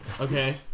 okay